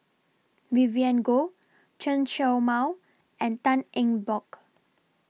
Vivien Goh Chen Show Mao and Tan Eng Bock